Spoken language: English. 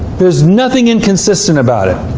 there's nothing inconsistent about it.